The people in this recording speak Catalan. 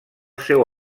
seu